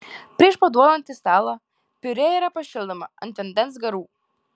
prieš paduodant į stalą piurė yra pašildoma ant vandens garų